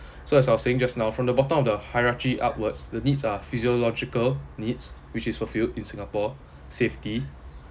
so as I was saying just now from the bottom of the hierarchy upwards the needs are physiological needs which is fulfilled in singapore safety